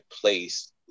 place